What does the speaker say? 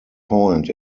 point